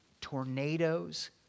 tornadoes